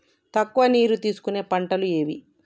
తక్కువ నీరు తీసుకునే పంటలు ఏవి?